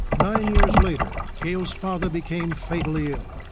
nine years later, gail's father became fatally ill.